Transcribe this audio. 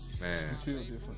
man